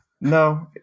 No